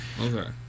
Okay